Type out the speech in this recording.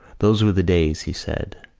those were the days, he said,